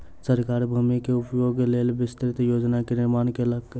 सरकार भूमि के उपयोगक लेल विस्तृत योजना के निर्माण केलक